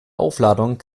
aufladung